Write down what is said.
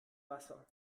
wasser